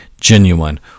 genuine